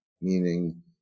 Meaning